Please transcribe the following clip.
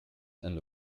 and